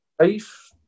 safe